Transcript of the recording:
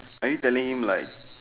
are you telling him like